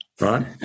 Right